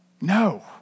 No